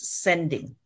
sending